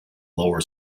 lower